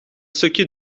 stukje